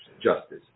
justice